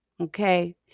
okay